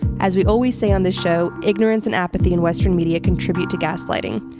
as we always say on this show, ignorance and apathy in western media contribute to gaslighting.